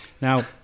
Now